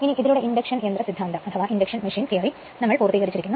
ഇതിലൂടെ ഇൻഡക്ഷൻ യന്ത്ര സിദ്ധാന്തം നമ്മൾ പൂർത്തീകരിച്ചിരിക്കുന്നു